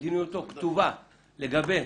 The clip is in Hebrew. לגבי